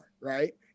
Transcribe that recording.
right